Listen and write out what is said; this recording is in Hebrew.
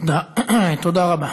תודה רבה.